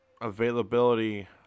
availability